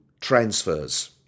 transfers